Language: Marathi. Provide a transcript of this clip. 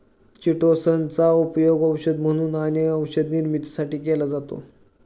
चिटोसन चा उपयोग औषध म्हणून आणि औषध निर्मितीसाठी केला जातो